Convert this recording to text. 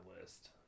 list